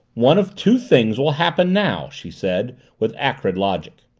one of two things will happen now, she said, with acrid, logic.